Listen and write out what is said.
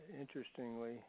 interestingly